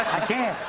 i can't.